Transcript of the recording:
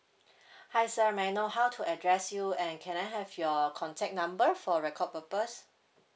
hi sir may I know how to address you and can I have your contact number for record purpose